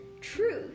truth